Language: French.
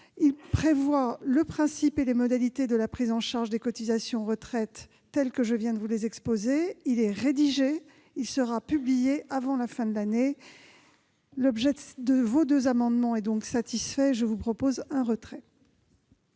Il prévoit le principe et la modalité de la prise en charge des cotisations retraite, tels que je viens de vous les exposer. Il est rédigé ; il sera publié avant la fin de l'année. L'objet de vos deux amendements, mesdames les sénatrices, est donc satisfait.